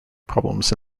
problems